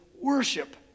worship